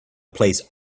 plays